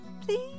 please